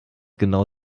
genau